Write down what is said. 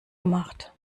gemacht